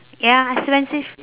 ya expensive